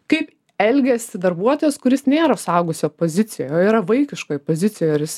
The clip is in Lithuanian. kaip elgiasi darbuotojas kuris nėra suaugusio pozicijoj o yra vaikiškoj pozicijoj ar jis